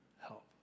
help